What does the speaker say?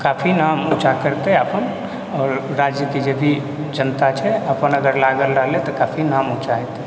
काफी नाम ऊँचा करतै अपन आओर राज्यके जेभी जनता छै अपन अगर लागल रहलै तऽ काफी नाम ऊँचा हेतै